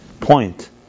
point